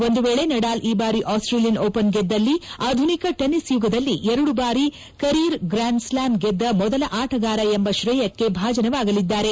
ಒಂದು ವೇಳೆ ನಡಾಲ್ ಈ ಬಾರಿ ಆಸ್ವೇಲಿಯನ್ ಓಪನ್ ಗೆದ್ದಲ್ಲಿ ಆಧುನಿಕ ಟೆನಿಸ್ ಯುಗದಲ್ಲಿ ಎರಡು ಬಾರಿ ಕರೀರ್ ಗ್ರಾನ್ ಸ್ಲಾಮ್ ಗೆದ್ದ ಮೊದಲ ಆಟಗಾರ ಎಂಬ ಶ್ರೇಯಕ್ಷೆ ಭಾಜನವಾಗಲಿದ್ದಾರೆ